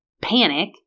panic